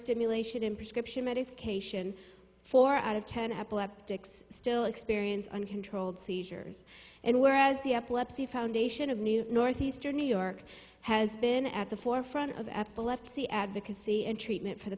stimulation in prescription medication four out of ten epileptics still experience uncontrolled seizures and whereas the epilepsy foundation of northeastern new york has been at the forefront of epilepsy advocacy and treatment for the